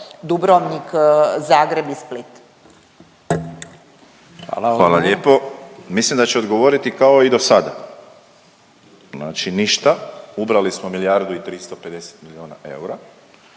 **Borić, Josip (HDZ)** Hvala lijepo. Mislim da će odgovoriti kao i do sada. Znači ništa, ubrali smo milijardu i 350 milijuna eura